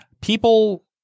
people